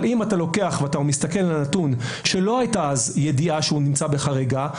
אבל אם אתה לוקח ומסתכל על הנתון שלא הייתה אז ידיעה שהוא נמצא בחריגה,